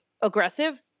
aggressive